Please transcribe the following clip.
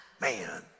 Man